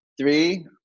three